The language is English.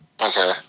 Okay